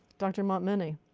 dr. montminy?